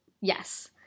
Yes